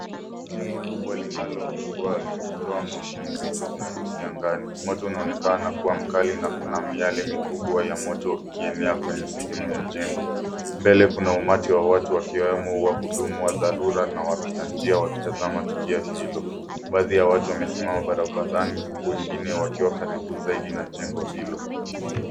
Jengo kubwa linaloungua likitoa moshi mzito mweusi angani. Moto unaonekana kuwa mkali na kuna miale mikubwa ya moto ikienea kwenye sehemu ya jengo. Mbele kuna umati wa watu wakiwemo wahudumu wa dharura na wapita njia wakitazama tukio hilo. Baadhi ya watu wamesimama barabarani huku wengine wakiwa karibu zaidi na jengo hilo.